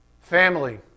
family